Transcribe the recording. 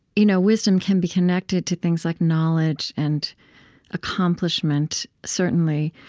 you know wisdom can be connected to things like knowledge and accomplishment, certainly,